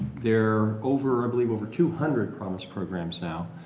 there over i believe over two hundred promise programs now.